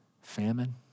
Famine